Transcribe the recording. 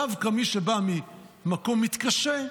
דווקא מי שבא ממקום מתקשה,